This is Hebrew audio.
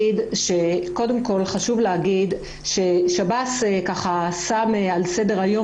חשוב לומר ששירות בתי הסוהר שם על סדר היום